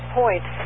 point